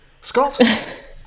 Scott